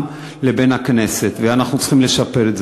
לבין הכנסת ואנחנו צריכים לשפר את זה,